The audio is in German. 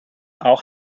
auch